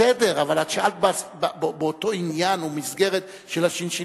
בסדר, אבל את שאלת באותו עניין ומסגרת של הש"ש.